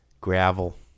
gravel